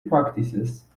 practices